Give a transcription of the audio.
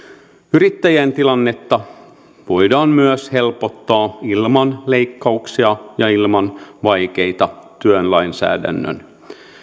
yrittäjien tilannetta voidaan myös helpottaa ilman leikkauksia ja ilman vaikeita työlainsäädännön